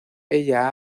ella